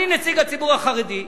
אני נציג הציבור החרדי,